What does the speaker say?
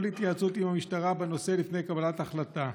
התייעצות עם המשטרה בנושא לפני קבלת החלטה.